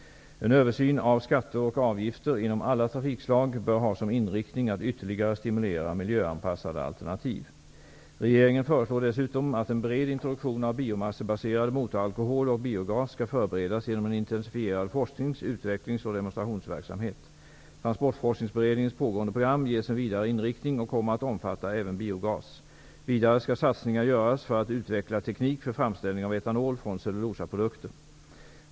En översyn av skatter och avgifter inom alla trafikslag bör ha som inriktning att ytterligare stimulera miljöanpassade alternativ. Regeringen föreslår dessutom att en bred introduktion av biomassebaserade motoralkoholer och biogas skall förberedas genom en intensifierad forsknings , utvecklings och demonstrationsverksamhet. Transportforskningsberedningens pågående program ges en vidare inriktning och kommer att omfatta även biogas. Vidare skall satsningar göras för att utveckla teknik för framställning av etanol från cellulosaprodukter.